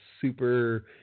super